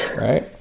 Right